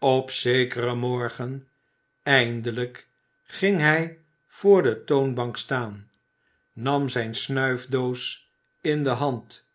op zekeren morgen eindelijk ging hij voor de toonbank staan nam zijn snuifdoos in de hand